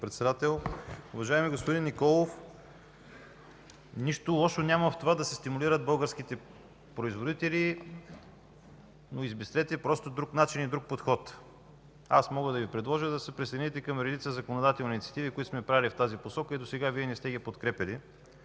Председател. Уважаеми господин Николов, нищо лошо няма да се стимулират българските производители, но измислете друг начин и друг подход. Мога да Ви предложа да се присъедините към редица законодателни инициативи, които сме правили в тази посока, но досега не сте ги подкрепяли.